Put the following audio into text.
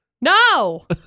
No